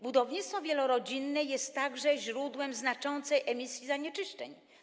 Budownictwo wielorodzinne jest także źródłem znaczącej emisji zanieczyszczeń.